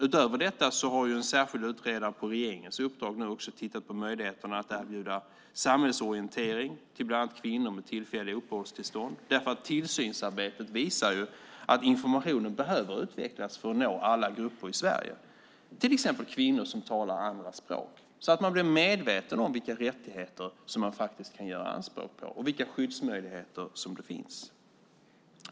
Utöver detta har en särskild utredare på regeringens uppdrag nu också tittat på möjligheten att erbjuda samhällsorientering till bland annat kvinnor med tillfälliga uppehållstillstånd. Tillsynsarbetet visar att informationen behöver utvecklas för att nå alla grupper i Sverige, till exempel kvinnor som talar andra språk, så att man blir medveten om vilka rättigheter som man kan göra anspråk på och vilka skyddsmöjligheter som finns.